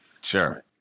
Sure